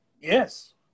Yes